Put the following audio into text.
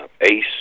Ace